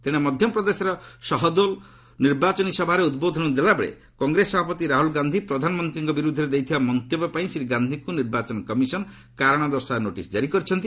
ତେଣେ ମଧ୍ୟପ୍ରଦେଶର ସହଦୋଲ ଏକ ନିର୍ବାଚନ ସଭାରେ ଉଦ୍ବୋଧନ ଦେଲାବେଳେ କଂଗ୍ରେସ ସଭାପତି ରାହ୍ରଲ ଗାନ୍ଧି ପ୍ରଧାନମନ୍ତ୍ରୀଙ୍କ ବିରୁଦ୍ଧରେ ଦେଇଥିବା ମନ୍ତବ୍ୟ ପାଇଁ ଶ୍ରୀ ଗାନ୍ଧିଙ୍କୁ ନିର୍ବାଚନ କମିଶନ୍ କାରଣ ଦର୍ଶାଅ ନୋଟିସ୍ ଜାରି କରିଛନ୍ତି